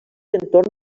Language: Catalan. entorn